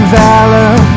valor